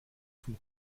vom